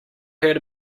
heard